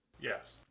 Yes